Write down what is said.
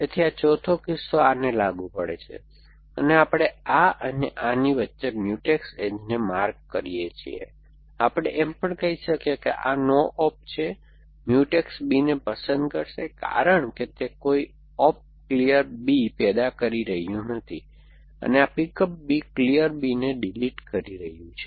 તેથી આ ચોથો કિસ્સો આને લાગુ પડે છે અને આપણે આ અને આની વચ્ચે મ્યુટેક્સ એજને માર્ક કરીએ છીએ આપણે એમ પણ કહી શકીએ કે આ નો ઓપ છે મ્યુટેક્સ b ને પસંદ કરશે કારણ કે તે કોઈ ઓપ ક્લિયર b પેદા કરી રહ્યું નથી અને આ pick up b clear b ને ડિલીટ કરી રહ્યું છે